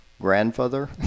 grandfather